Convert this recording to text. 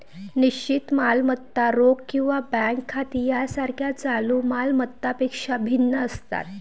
निश्चित मालमत्ता रोख किंवा बँक खाती यासारख्या चालू माल मत्तांपेक्षा भिन्न असतात